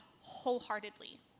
wholeheartedly